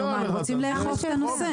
הם רוצים לאכוף את הנושא.